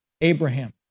Abraham